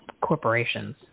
corporations